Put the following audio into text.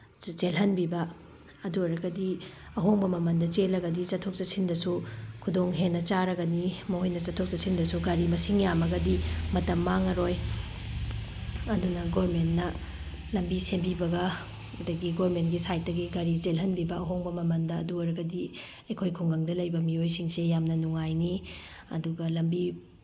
ꯆꯦꯜꯍꯟꯕꯤꯕ ꯑꯗꯨ ꯑꯣꯏꯔꯒꯗꯤ ꯑꯍꯣꯡꯕ ꯃꯃꯜꯗ ꯆꯦꯜꯂꯒꯗꯤ ꯆꯠꯊꯣꯛ ꯆꯠꯁꯤꯟꯗꯁꯨ ꯈꯨꯗꯣꯡ ꯍꯦꯟꯅ ꯆꯥꯔꯒꯅꯤ ꯃꯈꯣꯏꯅ ꯆꯠꯊꯣꯛ ꯆꯠꯁꯤꯟꯗꯁꯨ ꯒꯥꯔꯤ ꯃꯁꯤꯡ ꯌꯥꯝꯃꯒꯗꯤ ꯃꯇꯝ ꯃꯥꯡꯉꯔꯣꯏ ꯑꯗꯨꯅ ꯒꯕꯔꯃꯦꯟꯅ ꯂꯝꯕꯤ ꯁꯦꯝꯕꯤꯕꯒ ꯑꯗꯒꯤ ꯒꯕꯔꯃꯦꯟꯒꯤ ꯁꯥꯏꯠꯇꯗꯤ ꯒꯥꯔꯤ ꯆꯦꯜꯍꯟꯕꯤꯕ ꯑꯍꯣꯡꯕ ꯃꯃꯟꯗ ꯑꯗꯨ ꯑꯣꯏꯔꯒꯗꯤ ꯑꯩꯈꯣꯏ ꯈꯨꯡꯒꯪꯗ ꯂꯩꯕ ꯃꯤꯑꯣꯏꯁꯤꯡꯁꯤ ꯌꯥꯝꯅ ꯅꯨꯡꯉꯥꯏꯅꯤ ꯑꯗꯨꯒ ꯂꯝꯕꯤ